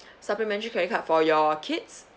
supplementary credit card for your kids